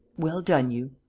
well done you!